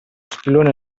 spillone